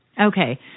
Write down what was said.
Okay